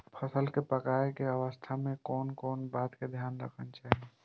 फसल के पाकैय के अवस्था में कोन कोन बात के ध्यान रखना चाही?